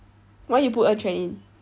why you put en quan in